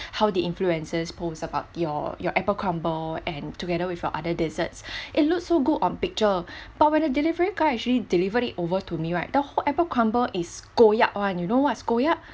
how the influencers post about your your apple crumble and together with your other desserts it looks so good on picture but when the delivery guy actually delivered it over to me right the whole apple crumble is goyak one you know what is goyak